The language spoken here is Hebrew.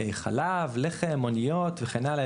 חלב, לחם, מוניות, וכן הלאה.